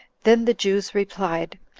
then the jews replied,